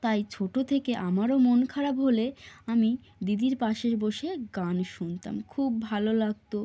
তাই ছোটো থেকে আমারও মন খারাপ হলে আমি দিদির পাশে বসে গান শুনতাম খুব ভালো লাগতো